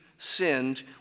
sinned